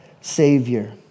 Savior